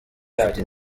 mfite